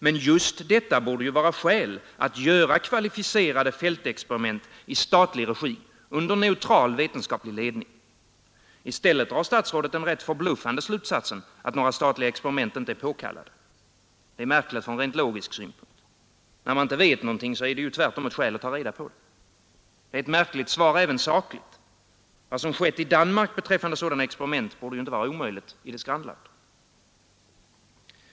Men just detta borde ju vara skäl att göra kvalificerade fältexperiment i statlig regi under neutral vetenskaplig ledning. I stället drar statsrådet den rätt förbluffande slutsatsen att några statliga experiment inte är påkallade. Det är märkligt från rent logisk synpunkt. När man inte vet något, är det ju tvärtom ett skäl att ta reda på det. Det är ett märkligt svar även sakligt. Vad som skett i Danmark beträffande sådana experiment, borde ju inte vara omöjligt i dess grannland.